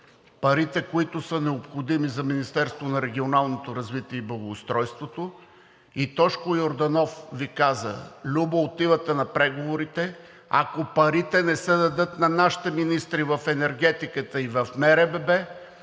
парите, които са необходими за